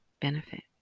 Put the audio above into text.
benefit